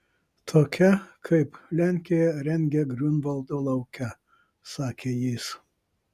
tokia kaip lenkija rengia griunvaldo lauke sakė jis